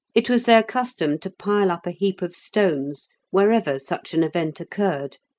it was their custom to pile up a heap of stones wherever such an event occurred,